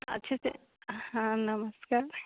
अच्छे से हाँ नमस्कार